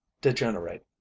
degenerate